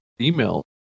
email